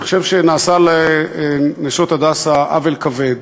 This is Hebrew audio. אני חושב שנעשה ל"נשות הדסה" עוול כבד.